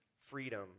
freedom